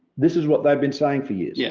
this is what they've been saying for years. yeah